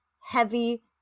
heavy